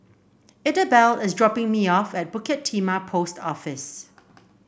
Idabelle is dropping me off at Bukit Timah Post Office